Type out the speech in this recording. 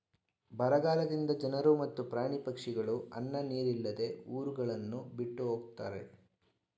ಬರಗಾಲದಿಂದ ಜನರು ಮತ್ತು ಪ್ರಾಣಿ ಪಕ್ಷಿಗಳು ಅನ್ನ ನೀರಿಲ್ಲದೆ ಊರುಗಳನ್ನು ಬಿಟ್ಟು ಹೊಗತ್ತರೆ